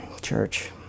Church